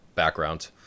background